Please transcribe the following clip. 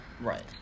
Right